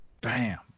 Bam